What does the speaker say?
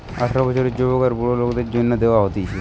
আঠারো বছরের যুবক আর বুড়া লোকদের জন্যে দেওয়া হতিছে